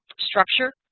structure?